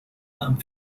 and